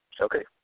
Okay